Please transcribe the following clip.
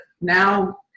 now